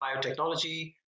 biotechnology